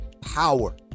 power